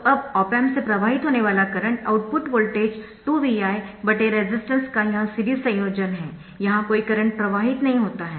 तो अब op amp से प्रवाहित होने वाला current output voltage 2Vi resistance का यह सीरीज संयोजन है यहाँ कोई करंट प्रवाहित नहीं होता है